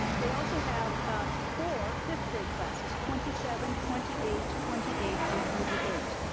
they also have four fifth-grade classes, twenty seven, twenty eight, twenty eight and twenty eight.